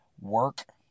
work